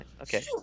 okay